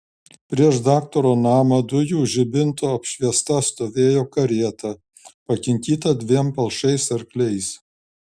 prieš daktaro namą dujų žibinto apšviesta stovėjo karieta pakinkyta dviem palšais arkliais